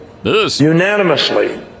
Unanimously